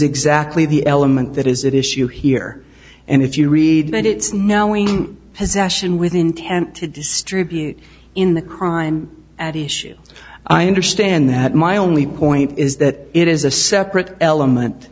exactly the element that is it issue here and if you read that it's now in possession with intent to distribute in the crime at issue i understand that my only point is that it is a separate element